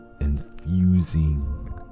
infusing